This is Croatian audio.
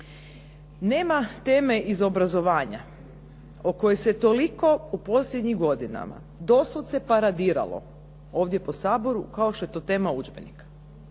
Nema teme iz obrazovanja o kojoj se toliko u posljednjim godinama doslovce paradiralo ovdje po Saboru kao što je to tema udžbenika.